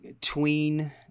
tween